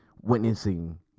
witnessing